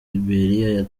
liberiya